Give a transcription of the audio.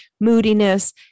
moodiness